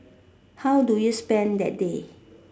how do you spend that day